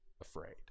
afraid